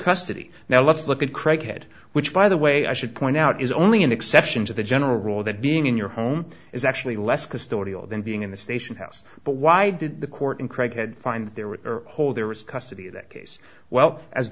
custody now let's look at credit which by the way i should point out is only an exception to the general rule that being in your home is actually less custodial than being in the station house but why did the court in craighead find that there were whole there was custody in that case well as